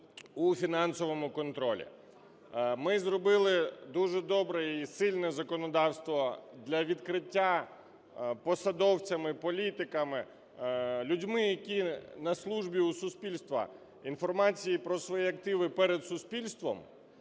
у фінансовому контролі. Ми зробили дуже добре і сильне законодавство для відкриття посадовцями, політиками, людьми, які на службі у суспільства, інформації про свої активи перед суспільством.